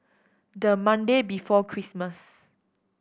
the Monday before Christmas